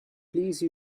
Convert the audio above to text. please